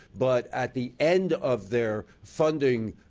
but at the end of their funding